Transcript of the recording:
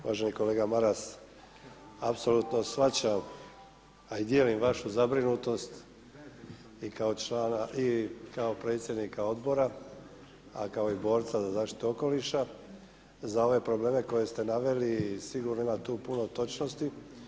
Uvaženi kolega Maras, apsolutno shvaćam a i dijelim vašu zabrinutost i kao člana i kao predsjednika Odbora a kao i borca za zaštitu okoliša za ove probleme koje ste naveli i sigurno ima tu puno točnosti.